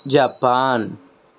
Japan